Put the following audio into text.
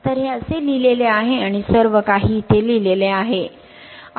तर हे असे लिहिलेले आहे आणि सर्व काही इथे लिहिलेले आहे